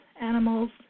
animals